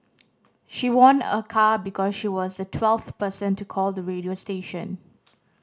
she won a car because she was the twelfth person to call the radio station